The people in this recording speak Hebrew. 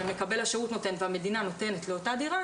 שמקבל השירות נותן והמדינה נותנת לאותה דירה